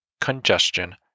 congestion